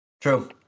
true